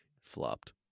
flopped